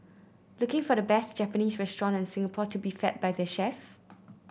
looking for the best Japanese restaurant in Singapore to be fed by the chef